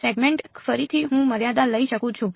segment ફરીથી હું મર્યાદા લઈ શકું છું